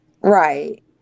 Right